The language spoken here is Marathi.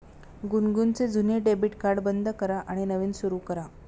गुनगुनचे जुने डेबिट कार्ड बंद करा आणि नवीन सुरू करा